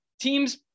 teams